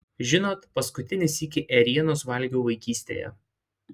žinot paskutinį sykį ėrienos valgiau vaikystėje